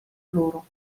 loro